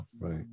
right